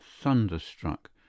thunderstruck